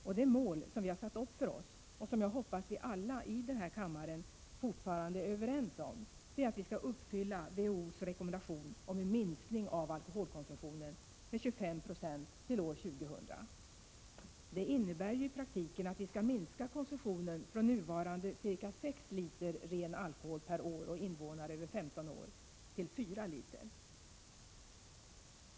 Och det mål som vi har satt upp för oss, och som jag hoppas vi alla i denna kammare fortfarande är överens om, är att vi skall uppfylla WHO:s rekommendation om en minskning av alkoholkonsumtionen med 25 9 till år 2000. Det innebär i praktiken att vi skall minska konsumtionen från nuvarande ca 6 liter ren alkohol per år och invånare över 15 år till 4 liter.